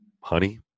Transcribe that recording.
honey